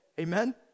Amen